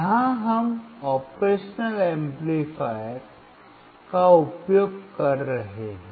यहां हम operational amplifier का उपयोग कर रहे हैं